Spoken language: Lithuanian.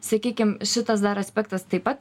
sakykim šitas dar aspektas taip pat